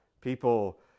people